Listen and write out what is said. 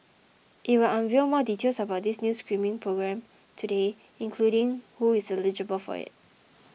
it will unveil more details about this new screening programme today including who is eligible for it